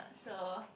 so